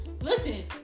Listen